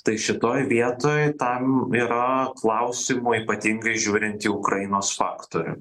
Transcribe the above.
tai šitoj vietoj tam yra klausimų ypatingai žiūrint į ukrainos faktorių